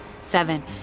seven